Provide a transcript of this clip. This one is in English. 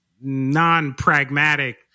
non-pragmatic